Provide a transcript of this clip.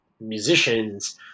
musicians